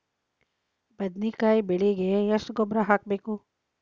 ಬದ್ನಿಕಾಯಿ ಬೆಳಿಗೆ ಎಷ್ಟ ಗೊಬ್ಬರ ಹಾಕ್ಬೇಕು?